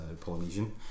Polynesian